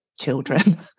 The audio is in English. children